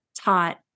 taught